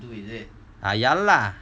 ya lah